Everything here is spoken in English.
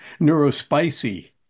NeuroSpicy